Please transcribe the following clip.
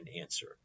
answer